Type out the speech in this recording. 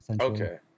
Okay